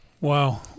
wow